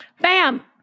Bam